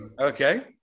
okay